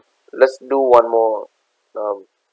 let's do one more um